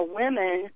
women